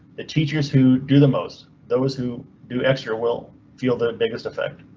the teachers who do the most. those who do extra will feel the biggest effect.